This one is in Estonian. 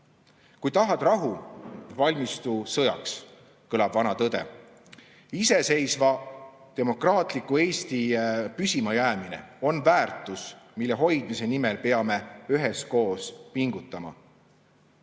Kui tahad rahu, valmistu sõjaks, kõlab vana tõde. Iseseisva demokraatliku Eesti püsimajäämine on väärtus, mille hoidmise nimel peame üheskoos pingutama.